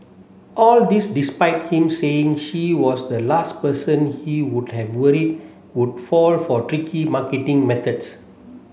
all this despite him saying she was the last person he would have worried would fall for tricky marketing methods